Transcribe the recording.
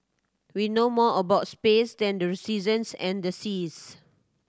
we know more about space than the seasons and the seas